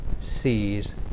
sees